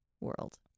world